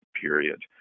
period